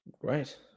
great